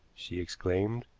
she exclaimed.